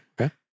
Okay